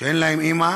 שאין להם אימא